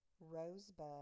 rosebud